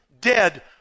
dead